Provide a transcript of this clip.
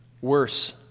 worse